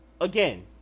again